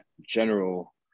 general